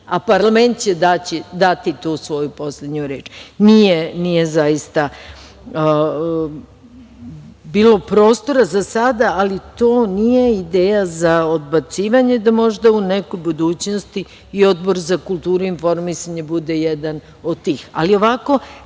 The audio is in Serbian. a parlament će dati tu svoju poslednju reč. Nije zaista bilo prostora za sada, ali to nije ideja za odbacivanje, da možda u nekoj budućnosti i Odbor za kulturu i informisanje bude jedan od tih. Ali, ovako